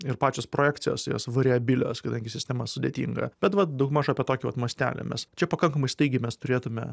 ir pačios projekcijos jos variabilios kadangi sistema sudėtinga bet vat daugmaž apie tokį va mastelį mes čia pakankamai staigiai mes turėtume